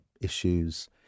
issues